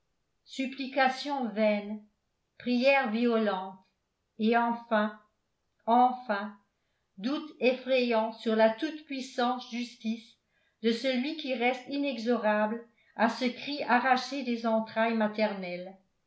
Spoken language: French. supplications vaines prières violentes et enfin enfin doutes effrayants sur la toute-puissante justice de celui qui reste inexorable à ce cri arraché des entrailles maternelles